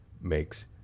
makes